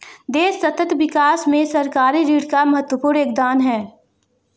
देश सतत विकास में सरकारी ऋण का महत्वपूर्ण योगदान है